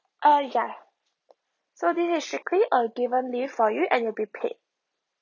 uh ya so this is strictly a given leave for you and you'll be paid